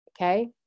okay